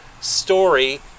story